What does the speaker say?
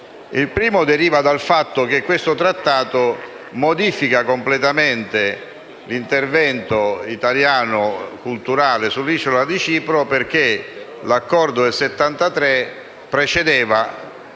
La prima deriva dal fatto che esso modifica completamente l'intervento italiano culturale sull'isola di Cipro, perché l'Accordo del 1973 precedeva